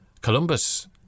Columbus